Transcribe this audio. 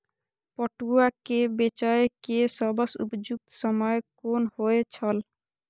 पटुआ केय बेचय केय सबसं उपयुक्त समय कोन होय छल?